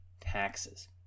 taxes